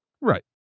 Right